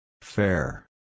Fair